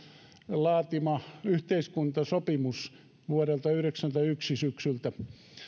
laatima yhteiskuntasopimus vuoden yhdeksänkymmentäyksi syksyltä